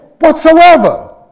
whatsoever